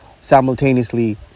simultaneously